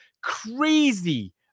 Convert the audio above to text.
crazy